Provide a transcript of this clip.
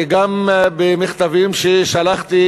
וגם במכתבים ששלחתי